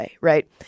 right